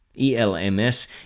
ELMS